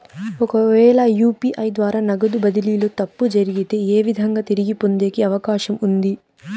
ఒకవేల యు.పి.ఐ ద్వారా నగదు బదిలీలో తప్పు జరిగితే, ఏ విధంగా తిరిగి పొందేకి అవకాశం ఉంది?